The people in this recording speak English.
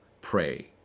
Pray